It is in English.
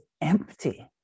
empty